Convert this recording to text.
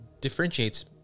differentiates